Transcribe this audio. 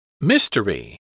Mystery